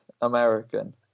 American